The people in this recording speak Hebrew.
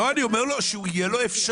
לא, אני אומר לו שתהיה לו אפשרות,